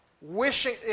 wishing